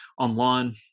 online